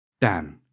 Dan